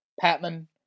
Patman